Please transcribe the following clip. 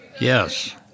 Yes